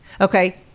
Okay